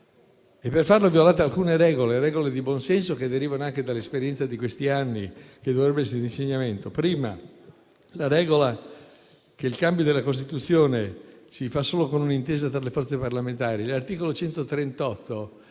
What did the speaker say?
Per farlo violate alcune regole di buonsenso che derivano anche dall'esperienza degli ultimi anni, che dovrebbe essere di insegnamento. La prima regola è che il cambio della Costituzione si fa solo con un'intesa tra le forze parlamentari. L'articolo 138